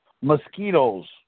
Mosquitoes